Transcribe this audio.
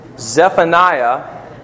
Zephaniah